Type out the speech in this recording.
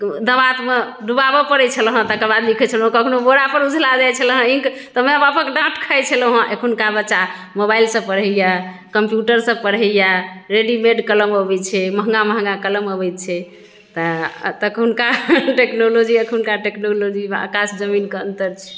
दवात मे डूबाबऽ पड़ै छलए हँ तकर बाद लिखै छलहुॅं कखनो बोरा पर उझला जाइ छलए इंक तऽ माए बापक डाँट खाइ छलहुॅं हँ एखुनका बच्चा मोबाइल सऽ पढैया कंप्यूटर सऽ पढैया रेडीमेड कलम अबै छै महंगा महंगा कलम अबैत छै तऽ तखुनका टेक्नोलॉजी एखुनका टेक्नोलॉजी मे आकाश जमीन कऽ अन्तर छै